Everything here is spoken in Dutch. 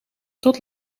tot